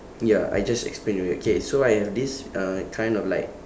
ya I just explain already okay so I have this uh kind of like